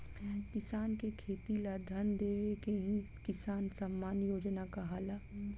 किसान के खेती ला धन देवे के ही किसान सम्मान योजना कहाला